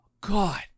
God